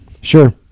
Sure